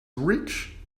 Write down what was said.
rich